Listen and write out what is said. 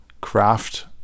craft